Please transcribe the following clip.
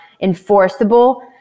enforceable